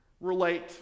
relate